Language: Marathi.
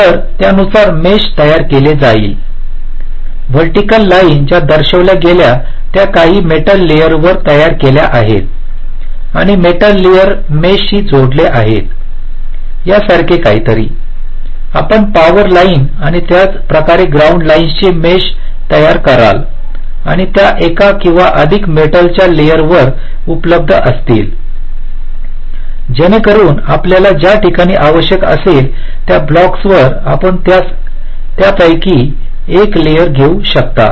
तर त्यानुसार मेश तयार केली गेली आहे व्हर्टिकल लाईन ज्या दर्शविल्या गेल्या त्या काही मेटल लेयरवर तयार केल्या आहेत आणि मेटल लेयर मेशशी जोडलेले आहेत यासारखे काहीतरी आपण पॉवर लाइन आणि त्याच प्रकारे ग्राउंड लाईन्सचे मेश तयार कराल आणि त्या एका किंवा अधिक मेटलच्या लेयरवर उपलब्ध असतील जेणेकरून आपल्याला ज्या ठिकाणी आवश्यक असेल त्या ब्लॉक्सवर आपण त्यास यापैकी एका लेयर घेऊ शकता